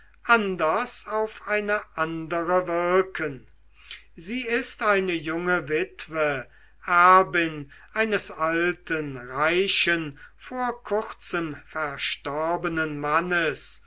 anders auf eine andere wirken sie ist eine junge witwe erbin eines alten reichen vor kurzem verstorbenen mannes